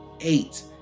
eight